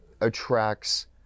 attracts